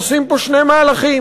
עושים פה שני מהלכים: